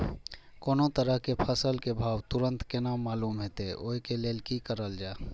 कोनो तरह के फसल के भाव तुरंत केना मालूम होते, वे के लेल की करल जाय?